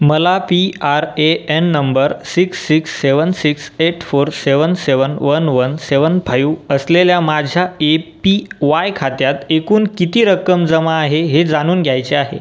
मला P R A N number six six seven six eight four seven seven one one seven five असलेल्या माझ्या A P Y खात्यात एकूण किती रक्कम जमा आहे हे जाणून घ्यायचे आहे